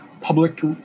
public